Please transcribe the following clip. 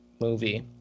movie